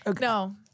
No